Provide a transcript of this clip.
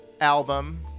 album